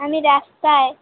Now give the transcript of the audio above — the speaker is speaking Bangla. আমি রাস্তায়